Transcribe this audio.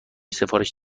سفارش